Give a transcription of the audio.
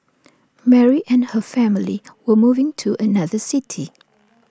Mary and her family were moving to another city